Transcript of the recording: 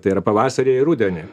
tai yra pavasarį ir rudenį